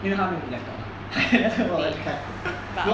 因为他没有 laptop 嘛 我要去看